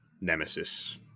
Nemesis